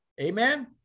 Amen